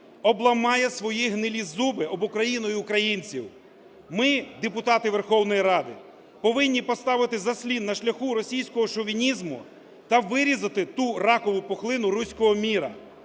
обламає свої гнилі зуби об Україну і українців. Ми, депутати Верховної Ради, повинні поставити заслін на шляху російського шовінізму та вирізати ту ракову пухлину "руського миру".